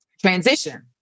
transition